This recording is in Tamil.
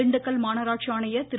திண்டுக்கல் மாநகராட்சி ஆணையர் திரு